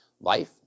life